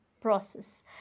process